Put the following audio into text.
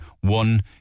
one